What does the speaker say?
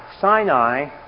Sinai